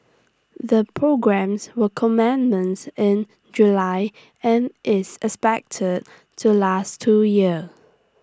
the programmes will in July and is expected to last two years